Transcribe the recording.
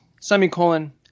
semicolon